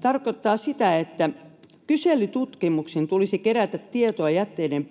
tarkoittaa sitä, että kyselytutkimuksin tulisi kerätä tietoa jätteiden